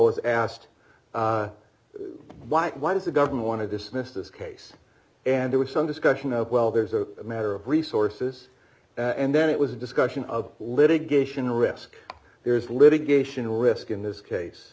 was asked why why does the government want to dismiss this case and there was some discussion of well there's a matter of resources and then it was a discussion of litigation risk there's litigation risk in this case